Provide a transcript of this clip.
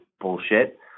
bullshit